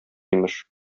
имеш